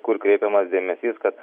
kur kreipiamas dėmesys kad